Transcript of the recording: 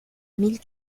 mille